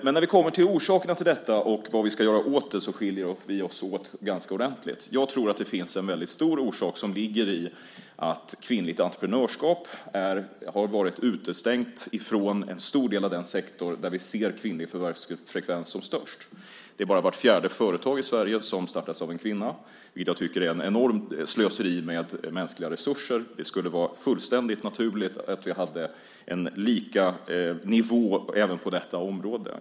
Men när vi kommer till orsakerna till detta och vad vi ska göra åt det skiljer vi oss åt ganska ordentligt. Jag tror att en väldigt stor orsak ligger i att kvinnligt entreprenörskap har varit utestängt från en stor del av den sektor där den kvinnliga förvärvsfrekvensen är som störst. Det är bara vart fjärde företag i Sverige som startas av en kvinna, vilket jag tycker är ett enormt slöseri med mänskliga resurser. Det skulle vara fullständigt naturligt att vi hade en lika nivå även på detta område.